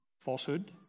falsehood